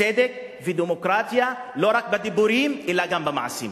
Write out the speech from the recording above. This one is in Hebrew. צדק ודמוקרטיה לא רק בדיבורים אלא גם במעשים.